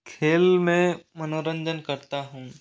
खेल में मनोरंजन करता हूँ